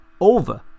Over